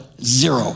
zero